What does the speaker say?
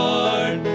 Lord